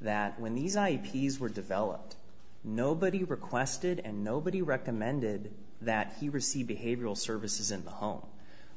that when these i p s were developed nobody requested and nobody recommended that he received behavioral services in the home